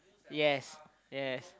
yes yes